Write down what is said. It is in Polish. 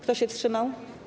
Kto się wstrzymał?